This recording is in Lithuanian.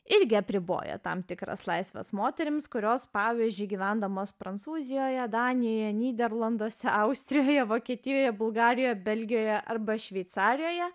irgi apriboja tam tikras laisves moterims kurios pavyzdžiui gyvendamas prancūzijoje danijoje nyderlanduose austrijoje vokietijoje bulgarijoje belgijoje arba šveicarijoje